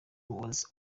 was